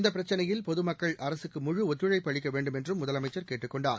இந்த பிரச்சினையில் பொதுமக்கள் அரசுக்கு முழு ஒத்துழைப்பு அளிக்க வேண்டுமென்றும் முதலமைச்சா் கேட்டுக் கொண்டார்